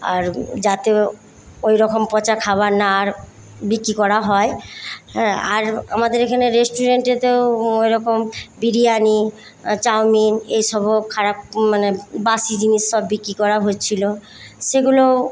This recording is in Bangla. আর যাতে ওইরকম পচা খাবার না আর বিক্রি করা হয় হ্যাঁ আর আমাদের এখানে রেষ্টুরেন্টেতেও ওইরকম বিরিয়ানি চাউমিন এইসবও খারাপ মানে বাসি জিনিস সব বিক্রি করা হচ্ছিল সেগুলো